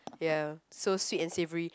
ya so sweet and savoury